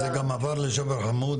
זה גם עבר לג'בר חמוד,